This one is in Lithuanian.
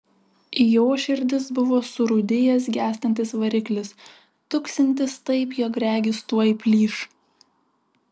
jo širdis buvo surūdijęs gęstantis variklis tuksintis taip jog regis tuoj plyš